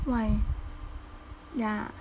why ya